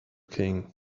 king